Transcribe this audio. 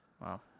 Wow